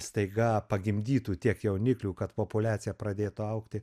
staiga pagimdytų tiek jauniklių kad populiacija pradėtų augti